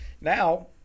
Now